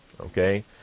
Okay